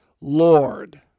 Lord